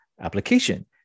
application